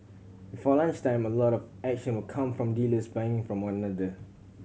before lunchtime a lot of action will come from dealers buying from one another